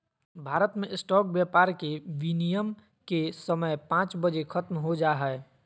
भारत मे स्टॉक व्यापार के विनियम के समय पांच बजे ख़त्म हो जा हय